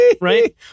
Right